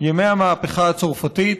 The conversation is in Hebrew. ימי המהפכה הצרפתית.